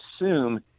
assume